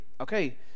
okay